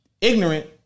ignorant